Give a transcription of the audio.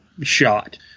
shot